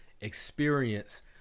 experience